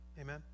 Amen